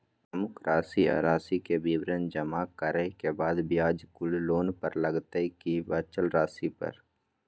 अमुक राशि आ राशि के विवरण जमा करै के बाद ब्याज कुल लोन पर लगतै की बचल राशि पर?